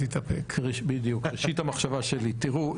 תראו,